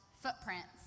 footprints